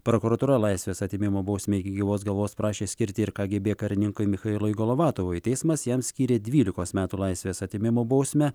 prokuratūra laisvės atėmimo bausmę iki gyvos galvos prašė skirti ir kgb karininkui michailui golovatovui teismas jam skyrė dvylikos metų laisvės atėmimo bausmę